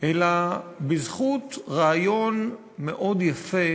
אלא בזכות רעיון מאוד יפה